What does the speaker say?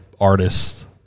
artists